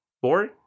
Four